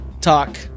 talk